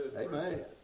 Amen